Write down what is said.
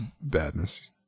Badness